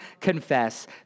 confess